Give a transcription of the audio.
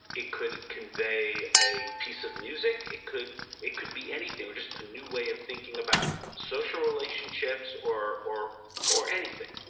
it could convey a piece of music, it could it could be anything or just a new way of thinking about social relationships or or anything.